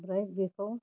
ओमफ्राय बेखौ